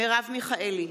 מרב מיכאלי,